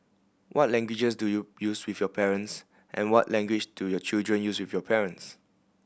what languages do you use with your parents and what language do your children use with your parents